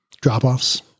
Drop-offs